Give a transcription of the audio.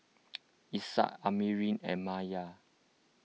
Ishak Amrin and Maya